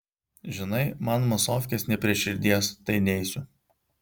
žinai man masofkės ne prie širdies tai neisiu